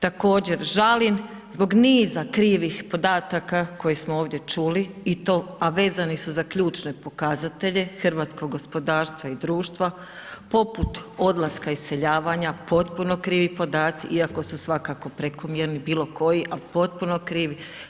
Također, žalim zbog niza krivih podataka koje smo ovdje čuli i to, a vezani su za ključne pokazatelje, hrvatsko gospodarstva i društva, poput odlaska iseljavanja, potpuno krivi podaci iako su svakako prekomjerni, bilo koji, a potpuno krivi.